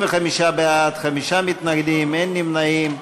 25 בעד, חמישה מתנגדים, אין נמנעים.